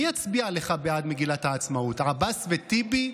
מי יצביע לך בעד מגילת העצמאות, עבאס וטיבי?